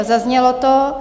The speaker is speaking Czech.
Zaznělo to.